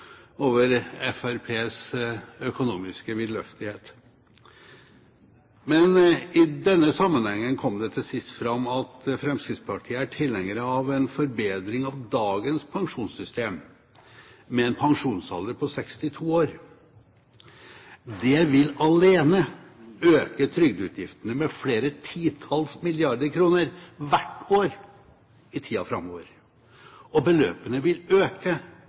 over Fremskrittspartiets økonomiske vidløftighet. Men i denne sammenhengen kom det til sist fram at Fremskrittspartiet er tilhengere av en forbedring av dagens pensjonssystem, med en pensjonsalder på 62 år. Det vil alene øke trygdeutgiftene med flere titalls milliarder kroner – hvert år – i tida framover. Beløpene vil øke